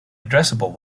addressable